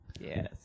Yes